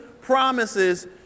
promises